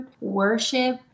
worship